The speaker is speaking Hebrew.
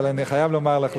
אבל אני חייב לומר לך,